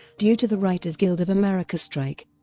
due to the writers guild of america strike.